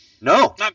No